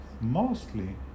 mostly